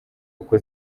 kuko